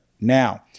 now